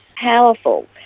powerful